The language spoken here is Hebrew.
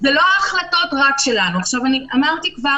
אני רק רוצה תשובה,